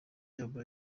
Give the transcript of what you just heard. yabo